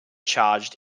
charged